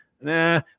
Nah